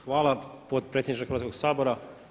Hvala potpredsjedniče Hrvatskog sabora.